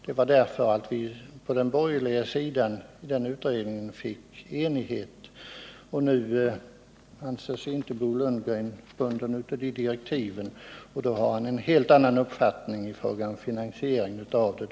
De borgerliga ledamöterna i utredningen var eniga i sin ståndpunkt. Nu framför Bo Lundgren en helt annan syn beträffande finansieringen.